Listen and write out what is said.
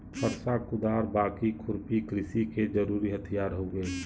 फरसा, कुदार, बाकी, खुरपी कृषि के जरुरी हथियार हउवे